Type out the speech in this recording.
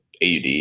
AUD